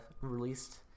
released